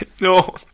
no